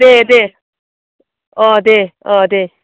दे दे अ दे अ दे